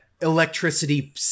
electricity